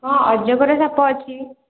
ହଁ ଅଜଗର ସାପ ଅଛି